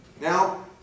Now